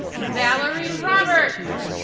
valerie roberts